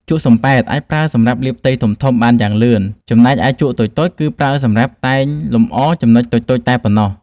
ជក់សំប៉ែតអាចប្រើសម្រាប់លាបផ្ទៃធំៗបានយ៉ាងលឿន ចំណែកឯជក់តូចៗគឺប្រើសម្រាប់តែងលម្អចំណុចតូចៗតែប៉ុណ្ណោះ។